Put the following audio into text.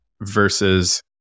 versus